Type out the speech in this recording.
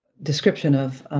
description of